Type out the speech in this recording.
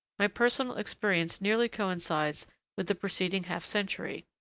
my personal experience nearly coincides with the preceding half-century.